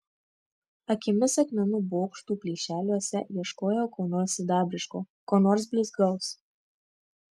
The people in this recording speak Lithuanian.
akimis akmenų bokštų plyšeliuose ieškojau ko nors sidabriško ko nors blizgaus